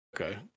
Okay